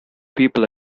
people